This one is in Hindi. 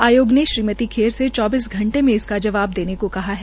आयोग ने श्रीमती खेर से चौबीस घंटे में इसका जवाब देने को कहा है